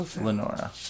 Lenora